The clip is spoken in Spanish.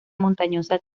montañosa